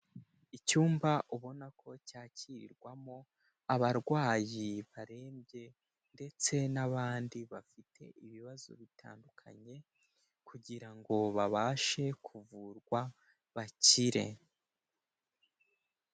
Icyumba ubona ko cyakirwamo abarwayi barembye ndetse n'abandi bafite ibibazo bitandukanye kugira ngo babashe kuvurwa bakire.